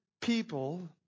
people